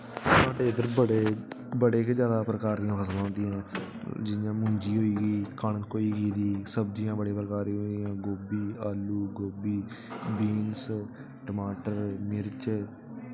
साढ़े उद्धर बड़े बड़े गै प्रकार दियां फसलां होंदियां जि'यां मुंजी होई कनक होई सब्ज़ियां बड़े प्रकार दियां होइयां भिंडी आलू गोभी बीन्स टमाटर मिर्च